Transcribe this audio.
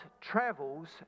travels